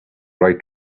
right